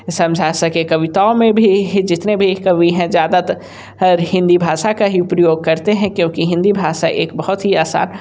समझा सके कविताओं में भी जितने भी कवी हैं ज़्यादा तर हिंदी भाषा का ही प्रयोग करते हैं क्योंकि हिंदी भाषा एक बहुत ही आसान